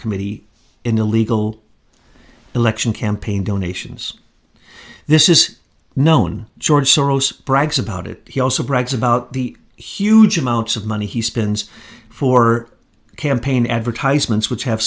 committee in illegal election campaign donations this is known george soros brags about it he also brags about the huge amounts of money he spends for campaign advertisements which have